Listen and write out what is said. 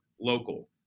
local